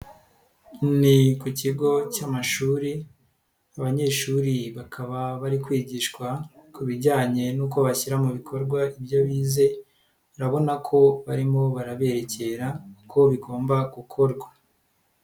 Ni ku kigo cy'amashuri abanyeshuri bakaba bari kwigishwa ku bijyanye n'uko bashyira mu bikorwa ibyo bize, urabona ko barimo baraberekera uko bigomba gukorwa.